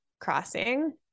crossing